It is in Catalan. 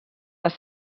les